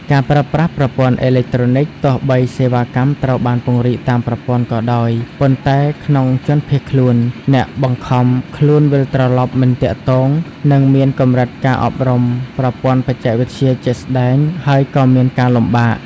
ការប្រើប្រាស់ប្រព័ន្ធអេឡិចត្រូនិក ទោះបីសេវាកម្មត្រូវបានពង្រីកតាមប្រព័ន្ធ ក៏ដោយ ប៉ុន្តែក្នុងជនភៀសខ្លួន អ្នកបង្ខំខ្លួនវិលត្រឡប់មិនទាក់ទង និងមានកម្រិតការអប់រំប្រព័ន្ធបច្ចេកវិទ្យាជាក់ស្តែងហើយក៏មានការលំបាក។